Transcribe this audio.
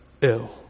ill